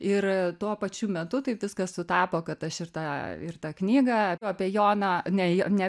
ir tuo pačiu metu taip viskas sutapo kad aš ir tą ir tą knygą apie joną ne ne